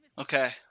Okay